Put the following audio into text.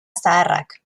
zaharrak